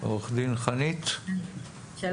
עורכת דין חנית אברהם בכר.